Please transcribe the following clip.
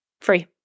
free